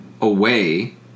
away